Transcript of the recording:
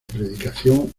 predicación